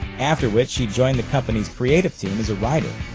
after which she joined the company's creative team as a writer.